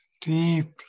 deep